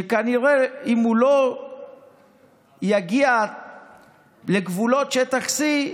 שכנראה אם הוא לא יגיע לגבולות שטח C,